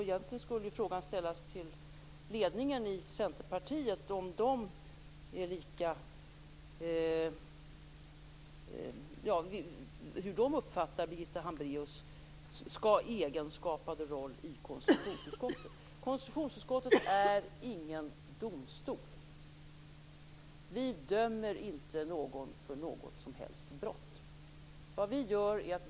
Egentligen skulle frågan ställas till ledningen i Centerpartiet hur man där uppfattar Birgitta Hambraeus i hennes egenskap av ledamot i konstitutionsutskottet. Konstitutionsutskottet är ingen domstol. Vi dömer inte någon för något som helst brott.